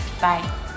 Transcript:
Bye